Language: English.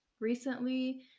recently